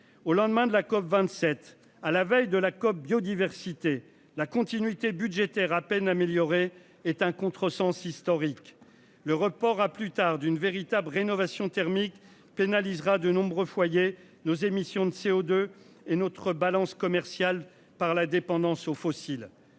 au lendemain de la COP27 à la veille de la COB biodiversité la continuité budgétaire à peine améliorée est un contresens historique, le report à plus tard d'une véritables rénovation thermique pénalisera de nombreux foyers nos émissions de CO2 et notre balance commerciale par la dépendance aux fossiles